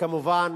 וכמובן